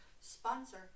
Sponsor